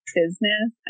business